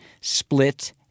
split